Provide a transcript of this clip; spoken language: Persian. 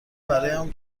برایم